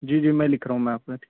جی جی میں لکھ رہا ہوں میں